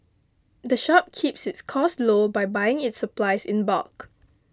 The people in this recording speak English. the shop keeps its costs low by buying its supplies in bulk